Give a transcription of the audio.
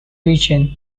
region